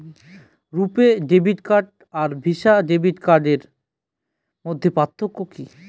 রূপে debit card আর Visa debit কার্ডের মধ্যে পার্থক্য কি?